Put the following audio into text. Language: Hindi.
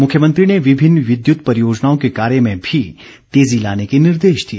मुख्यमंत्री ने विभिन्न विद्युत परियोजनाओं के कार्य भें भी तेजी लाने के निर्देश दिए